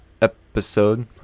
episode